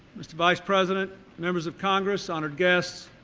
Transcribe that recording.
mr. vice president members of congress honored guests